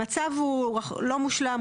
המצב הוא לא מושלם,